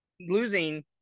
losing